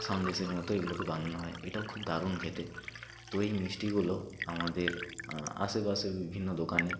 সন্দেশের মতো এগুলোকে বানানো হয় এটাও খুব দারুণ খেতে তো এই মিষ্টিগুলো আমাদের আশেপাশে বিভিন্ন দোকানে